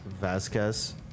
Vasquez